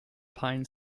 pine